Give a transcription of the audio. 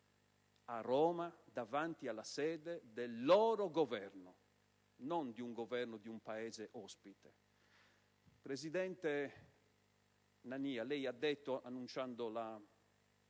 a Roma davanti alla sede del loro Governo, non del Governo di un Paese ospite e straniero. Presidente Nania, lei ha detto, annunciando